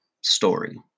story